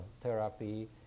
therapy